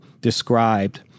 described